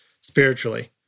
spiritually